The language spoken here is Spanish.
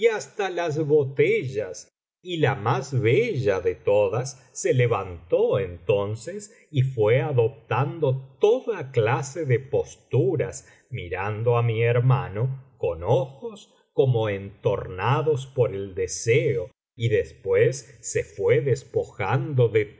hasta las botellas y la más bella de todas se levantó entonces y fué adoptando toda clase de posturas mirando á mi hermano con ojos como entornados por el deseo y después se fué despojando de